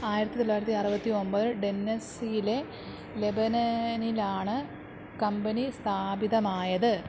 ആയിരത്തി തൊള്ളായിരത്തി അറുപത്തി ഒമ്പത് ടെന്നസിയിലെ ലെബനനിലാണ് കമ്പനി സ്ഥാപിതമായത്